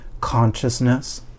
consciousness